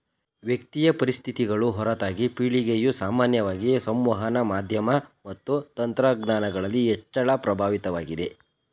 ವ್ಯಕ್ತಿಯ ಪರಿಸ್ಥಿತಿಗಳು ಹೊರತಾಗಿ ಪೀಳಿಗೆಯು ಸಾಮಾನ್ಯವಾಗಿ ಸಂವಹನ ಮಾಧ್ಯಮ ಮತ್ತು ತಂತ್ರಜ್ಞಾನಗಳಲ್ಲಿ ಹೆಚ್ಚಳ ಪ್ರಭಾವಿತವಾಗಿದೆ